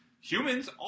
humans